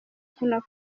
kuno